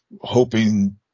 hoping